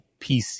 PC